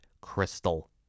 Crystal